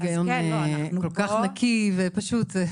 היגיון כל כך נקי ופשוט.